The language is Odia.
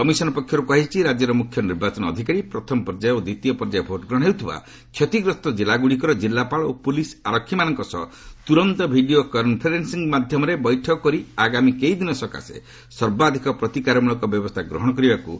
କମିଶନ୍ ପକ୍ଷରୁ କୁହାଯାଇଛି ରାଜ୍ୟର ମୁଖ୍ୟ ନିର୍ବାଚନ ଅଧିକାରୀ ପ୍ରଥମ ପର୍ଯ୍ୟାୟ ଓ ଦ୍ୱିତୀୟ ପର୍ଯ୍ୟାୟ ଭୋଟ୍ ଗ୍ରହଣ ହେଉଥିବା କ୍ଷତିଗ୍ରସ୍ତ ଜିଲ୍ଲାଗୁଡ଼ିକର ଜିଲ୍ଲାପାଳ ଓ ପୁଲିସ୍ ଆରକ୍ଷିମାନଙ୍କ ସହ ତୁରନ୍ତ ଭିଡ଼ିଓ କନ୍ଫରେନ୍ସିଂ ମାଧ୍ୟମରେ ବୈଠକରେ କରି ଆଗାମୀ କେଇଦିନ ସକାଶେ ସର୍ବାଧିକ ପ୍ରତିକାରମୂଳକ ବ୍ୟବସ୍ଥା ଗ୍ରହଣ କରିବାକୁ